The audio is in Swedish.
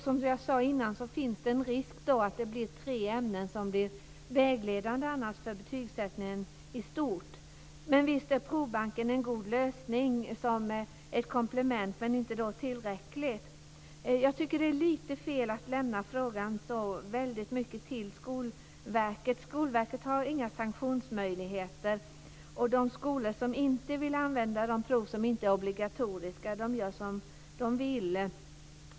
Som jag sade tidigare finns det annars en risk att tre ämnen blir vägledande för betygssättningen i stort. Provbanken är en god lösning som ett komplement, men den är inte tillräcklig. Jag tycker att det är lite fel att lämna frågan så mycket till Skolverket. Skolverket har inga sanktionsmöjligheter, och de skolor som inte vill använda de prov som inte är obligatoriska gör som de vill.